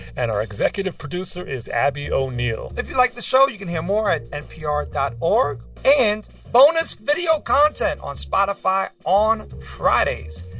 and our executive producer is abby o'neill if you like the show, you can hear more at npr dot org. and bonus video content on spotify on fridays.